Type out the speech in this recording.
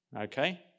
Okay